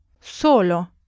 Solo